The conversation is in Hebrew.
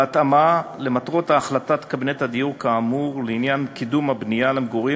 בהתאמה למטרות החלטת קבינט הדיור כאמור לעניין קידום הבנייה למגורים,